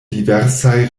diversaj